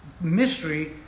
mystery